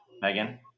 Megan